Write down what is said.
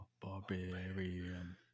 Barbarian